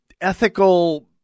ethical